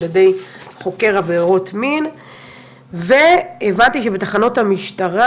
על ידי חוקר עבירות מין והבנתי שבתחנות המשטרה,